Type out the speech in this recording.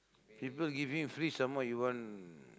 people giving free some more you want